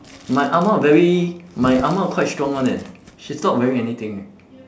my ah ma very my ah ma quite strong one eh she's not wearing anything